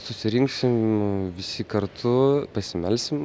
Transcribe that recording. susirinksim visi kartu pasimelsim